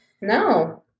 No